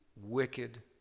wicked